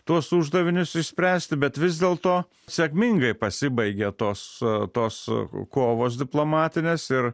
tuos uždavinius išspręsti bet vis dėlto sėkmingai pasibaigė tos tos kovos diplomatinės ir